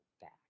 back